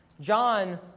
John